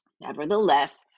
Nevertheless